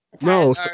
No